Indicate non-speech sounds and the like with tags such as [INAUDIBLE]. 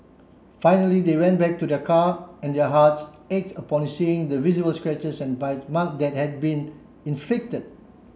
finally they went back to their car and their hearts ached upon seeing the visible scratches and bite [UNINTELLIGIBLE] that had been inflicted